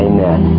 Amen